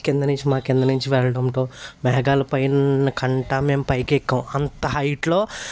కింద నుంచి మా కింద నుంచి వెళ్ళడంతో మేఘాలు పైన కంటా మేము పైకెక్కాం అంత హైట్లో